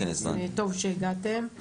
אז טוב שהגעתם,